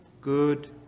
good